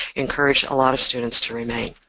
encourage a lot of students to remain.